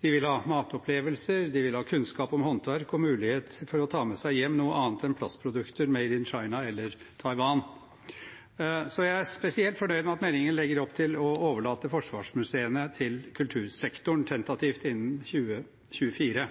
De vil ha matopplevelser, de vil ha kunnskap om håndverk og mulighet for å ta med seg hjem noe annet enn plastprodukter Made in China eller Taiwan. Så er jeg spesielt fornøyd med at meldingen legger opp til å overlate Forsvarets museer til kultursektoren tentativt innen 2024.